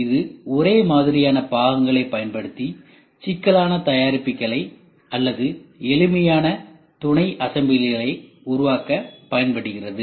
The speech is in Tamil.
இது ஒரே மாதிரியான பாகங்களை பயன்படுத்தி சிக்கலான தயாரிப்புகளை அல்லது எளிமையான துணைஅசெம்பிளிகளை உருவாக்க பயன்படுகிறது